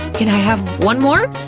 can i have one more?